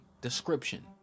description